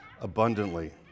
abundantly